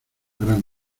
gran